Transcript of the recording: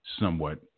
somewhat